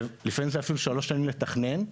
לפעמים זה גם שלוש שנים לתכנן,